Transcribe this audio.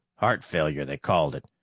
heart failure, they called it,